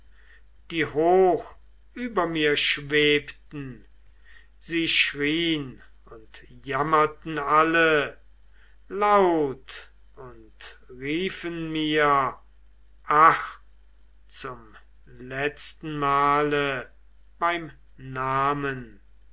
die hoch über mir schwebten sie schrien und jammerten alle laut und riefen mir ach zum letzten male beim namen